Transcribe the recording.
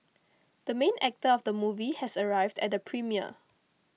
the main actor of the movie has arrived at the premiere